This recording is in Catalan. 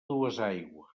duesaigües